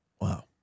Wow